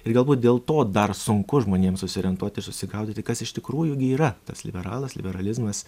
ir galbūt dėl to dar sunku žmonėms susiorientuoti ir susigaudyti kas iš tikrųjų gi yra tas liberalas liberalizmas